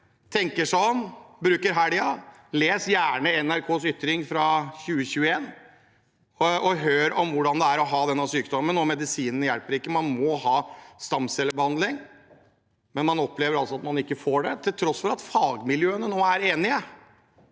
og gjerne leser innlegget i NRK Ytring fra 2021 og får høre om hvordan det er å ha denne sykdommen. Medisiner hjelper ikke. Man må ha stamcellebehandling, men man opplever altså at man ikke får det, til tross for at fagmiljøene nå er enige.